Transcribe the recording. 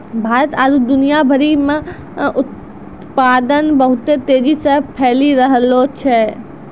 भारत आरु दुनिया भरि मे उत्पादन बहुत तेजी से फैली रैहलो छै